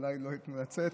אולי לא ייתנו לצאת,